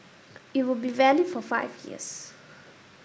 it will be valid for five years